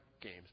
games